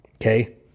Okay